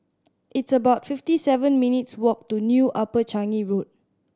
it's about fifty seven minutes' walk to New Upper Changi Road